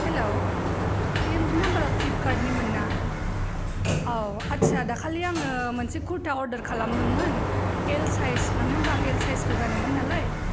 hello बे नामबारा प्लिफ कार्डनि मोन ना औ आदसा दाखालि आङो मोनसे कुरथा अरडार खालामदों मोन एल सायस मानो होनबा आं एल सायस खौ गानोमोन नालाय